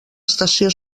estació